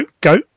Go